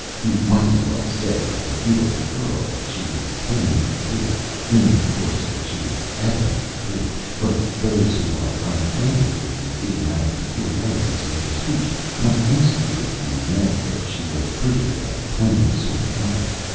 you might as well say of a beautiful girl that she is plainly pretty, meaning of course that she is evidently pretty but those who are unacquainted with the idiomatic peculiarities of your speech might ask you if you meant that she was pretty in a plain sort of way.